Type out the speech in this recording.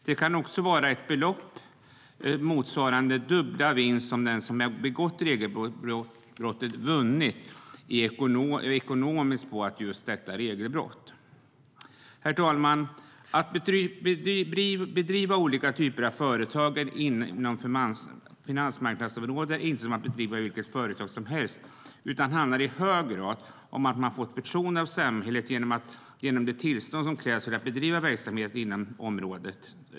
Det kan också vara ett belopp som motsvarar en dubblering av den vinst som den som har begått regelbrottet har gjort. Herr talman! Att driva olika typer av företag inom finansmarknadsområdet är inte som att driva vilket företag som helst. Det handlar i hög grad om att man får ett förtroende av samhället genom det tillstånd som krävs för att bedriva verksamhet inom området.